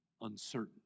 uncertain